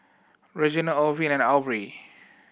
Reginald Orville and Aubrie